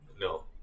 no